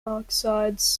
oxides